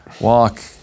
walk